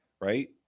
right